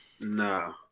no